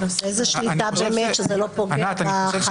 איזה שליטה באמת שזה לא פוגע בחייב